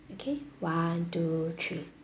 okay one two three